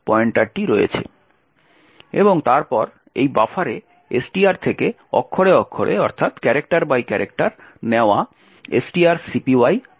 এবং তারপর এই বাফারে STR থেকে অক্ষরে অক্ষরে নেওয়া strcpy আহ্বান করুন